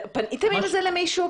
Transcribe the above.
פניתם עם זה למישהו?